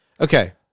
Okay